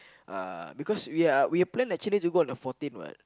uh because we are we plan actually to go on the fourteen [what]